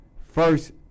first